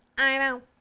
i know!